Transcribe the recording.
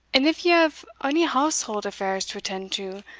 and if ye have ony household affairs to attend to,